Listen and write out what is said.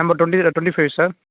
number twenty twenty five sir